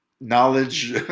knowledge